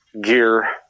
gear